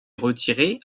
retirée